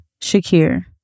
Shakir